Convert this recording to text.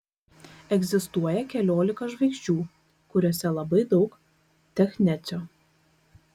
egzistuoja keliolika žvaigždžių kuriose labai daug technecio